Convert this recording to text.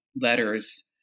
Letters